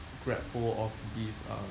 grab hold of these uh